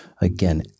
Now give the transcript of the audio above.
Again